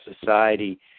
society